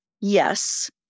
yes